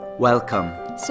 Welcome